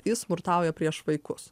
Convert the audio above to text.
jis smurtauja prieš vaikus